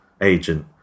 agent